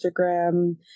Instagram